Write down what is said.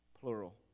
Plural